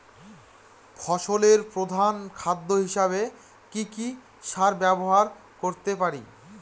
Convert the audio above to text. ফসলের প্রধান খাদ্য হিসেবে কি কি সার ব্যবহার করতে পারি?